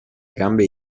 gambe